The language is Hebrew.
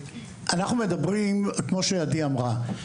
כמו שעדי אמרה,